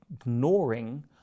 ignoring